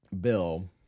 bill